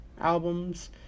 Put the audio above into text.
albums